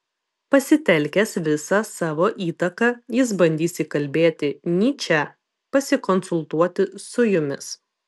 pasitelkęs visą savo įtaką jis bandys įkalbėti nyčę pasikonsultuoti su jumis